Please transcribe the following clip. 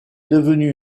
devenue